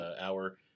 hour